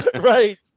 Right